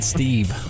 Steve